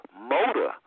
motor